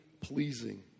pleasing